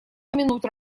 упомянуть